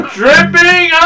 dripping